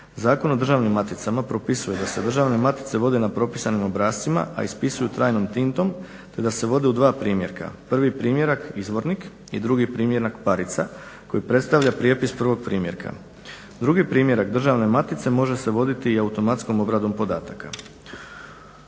Zakon o državnim maticama propisuje da se državne matice vode na propisanim obrascima, a ispisuju trajnom tintom, te da se vode u dva primjerka. Prvi primjerak izvornik i drugi primjerak parica koji predstavlja prijepis prvog primjerka. Drugi primjerak državne matice može se voditi i automatskom obradom podataka.